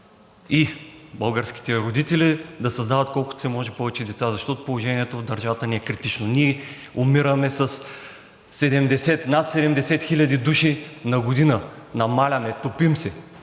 и българските родители да създават колкото се може повече деца, защото положението в държавата ни е критично. Ние умираме с над 70 хиляди души на година, намаляваме, топим се.